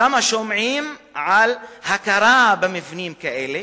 שם שומעים על הכרה במבנים כאלה,